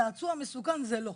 צעצוע מסוכן זה לא.